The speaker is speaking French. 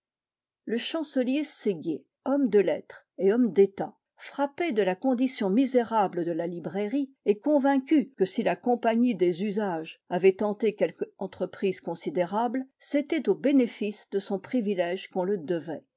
le chancelier séguier homme de lettres et homme d'état frappé de la condition misérable de la librairie et convaincu que si la compagnie des usages avait tenté quelque entreprise considérable c'était au bénéfice de son privilège qu'on le devait